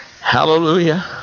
Hallelujah